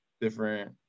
different